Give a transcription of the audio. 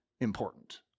important